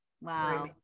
wow